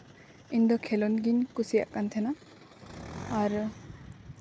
ᱤᱧᱫᱚ ᱠᱷᱮᱞᱳᱰ ᱜᱤᱧ ᱠᱩᱥᱤᱭᱟᱜ ᱠᱟᱱ ᱛᱟᱦᱮᱱᱟ ᱟᱨ